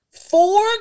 four